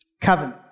Covenant